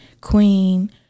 queen